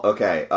Okay